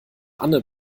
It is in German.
anne